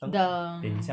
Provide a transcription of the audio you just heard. the